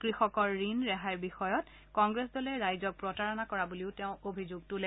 কৃষকৰ ঋণ ৰেহাইৰ বিষয়ত কংগ্ৰেছ দলে ৰাইজক প্ৰতাৰণা কৰা বুলিও তেওঁ অভিযোগ কৰে